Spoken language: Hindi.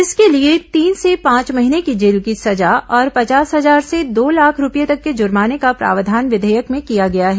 इसके लिए तीन से पांच महीने की जेल की सजा और पचास हजार से दो लाख रूपए तक के जुर्माने का प्रावधान विधेयक में किया गया है